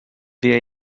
wir